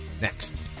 next